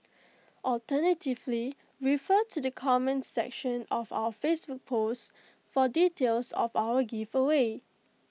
alternatively refer to the comments section of our Facebook post for details of our giveaway